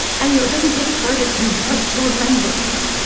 and you know it doesn't take ferguson for us to remember that.